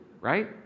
right